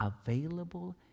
available